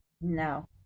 No